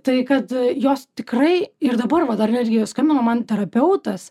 tai kad jos tikrai ir dabar va dar netgi skambino man terapeutas